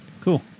Cool